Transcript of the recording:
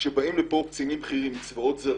כשבאים לפה קצינים בכירים מצבאות זרים,